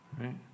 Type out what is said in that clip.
right